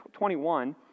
21